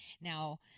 Now